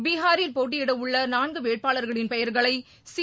பீகாரில் போட்டியிடவுள்ள நான்கு வேட்பாளர்களின் பெயர்களை சி